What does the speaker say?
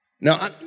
Now